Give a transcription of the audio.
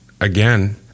again